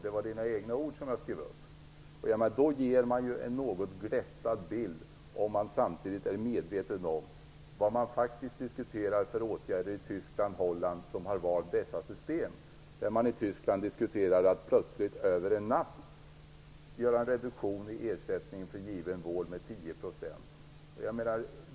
Det var Leif Carlsons egna ord som jag skrev upp. Då ger han en något glättad bild, om han samtidigt är medveten om vilka åtgärder som man diskuterar i Tyskland och Holland som har valt det systemet. I Tyskland diskuterar man att plötsligt över en natt göra en reduktion i ersättningen för given vård med 10 %.